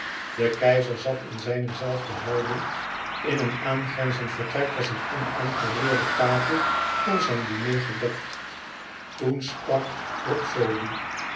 de keizer zat in zijne zelfde houding in een aangrenzend vertrek was een onaangeroerde tafel voor zijn diner gedekt toen sprak ruxodi